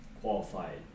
qualified